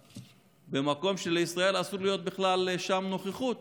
במקום שלישראל אסור שתהיה בכלל שם נוכחות.